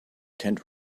tent